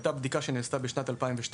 הייתה בדיקה שנעשתה בשנת 2012,